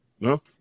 No